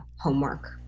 homework